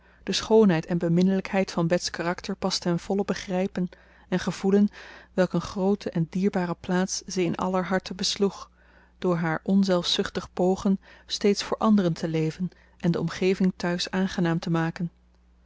de schoonheid en beminnelijkheid van bets karakter pas ten volle begrijpen en gevoelen welk een groote en dierbare plaats ze in aller harten besloeg door haar onzelfzuchtig pogen steeds voor anderen te leven en de omgeving thuis aangenaam te maken